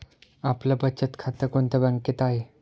आपलं बचत खातं कोणत्या बँकेत आहे?